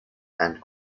and